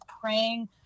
praying